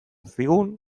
zigun